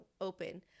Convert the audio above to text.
open